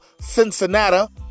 Cincinnati